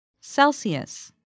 Celsius